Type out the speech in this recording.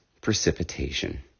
precipitation